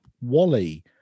wally